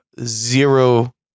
zero